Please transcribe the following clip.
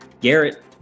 Garrett